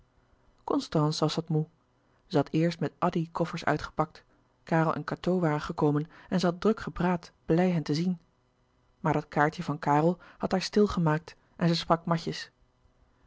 was wat moê zij had eerst met addy koffers uitgepakt karel en cateau waren gekomen en zij had druk gepraat blij hen te zien maar dat kaartje van karel had haar stil gemaakt en zij sprak matjes